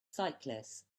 cyclists